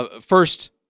First